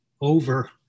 over